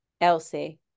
Elsie